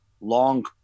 long